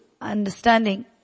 understanding